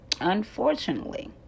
Unfortunately